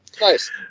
Nice